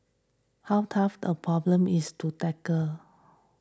how tough a problem is to tackle